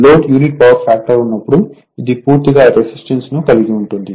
load unity power factor ఉన్నప్పుడు ఇది పూర్తిగా రెసిస్టెన్స్ ను కలిగి ఉంటుంది